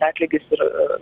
atlygis ir